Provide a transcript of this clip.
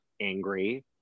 angry